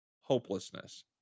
hopelessness